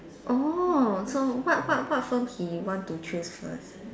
oh so what what what firm he want to choose first